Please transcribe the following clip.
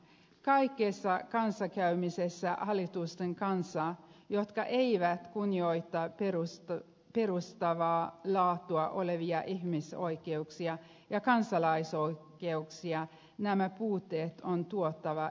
kaikessa kanssakäymisessä hallitusten kanssa jotka eivät kunnioita perustavaa laatua olevia ihmisoikeuksia ja kansalaisoikeuksia nämä puutteet on tuotava esiin